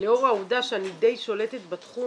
לאור העובדה שאני דיי שולטת בתחום,